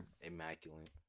Immaculate